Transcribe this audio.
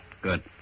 Good